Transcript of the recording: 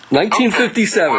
1957